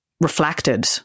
reflected